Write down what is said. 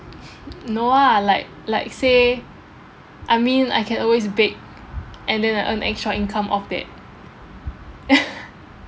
no ah like like say I mean I can always bake and then I earn extra income off that